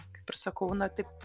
kaip ir sakau na taip